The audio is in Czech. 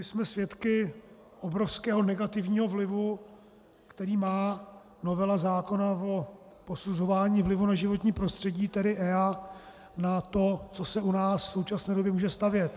Jsme svědky obrovského negativního vlivu, který má novela zákona o posuzování vlivu na životní prostředí, tedy EIA, na to, co se u nás v současné době může stavět.